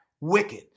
wicked